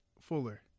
Fuller